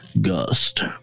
Gust